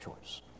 choice